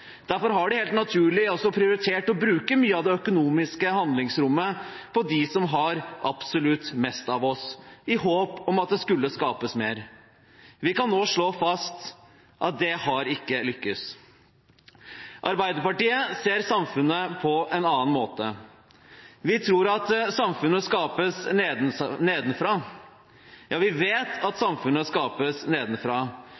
Derfor har de helt naturlig også prioritert å bruke mye av det økonomiske handlingsrommet på dem som har absolutt mest av oss, i håp om at det skulle skapes mer. Vi kan nå slå fast at det ikke har lyktes. Arbeiderpartiet ser samfunnet på en annen måte. Vi tror at samfunnet skapes nedenfra. Ja, vi vet at